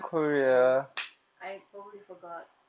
no I probably forgot